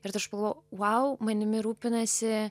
ir tada aš pagalvojau vau manimi rūpinasi